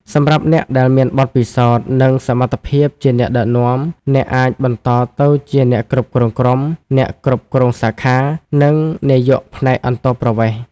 សម្រាប់អ្នកដែលមានបទពិសោធន៍ និងសមត្ថភាពភាពជាអ្នកដឹកនាំ អ្នកអាចបន្តទៅជា អ្នកគ្រប់គ្រងក្រុម អ្នកគ្រប់គ្រងសាខា និងនាយកផ្នែកអន្តោប្រវេសន៍។